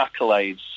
accolades